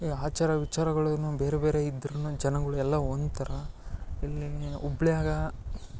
ಈ ಆಚಾರ ವಿಚಾರಗಳೇನು ಬೇರೆ ಬೇರೆ ಇದ್ರೂ ಜನಗಳು ಎಲ್ಲ ಹೊಂತರ ಇಲ್ಲಿ ಹುಬ್ಳಿಯಾಗ